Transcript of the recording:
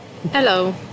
Hello